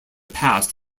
past